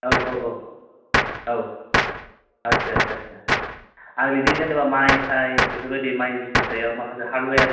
औ औ औ औ आत्सा आत्सा आत्सा आरो बिदि जेनेबा माइ थाइ बेफोर बादि बिजिनेस सायाव माखासे हार्डवेर